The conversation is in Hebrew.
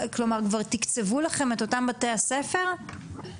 כלומר כבר תקצבו לכם את אותם בתי הספר לבנייה?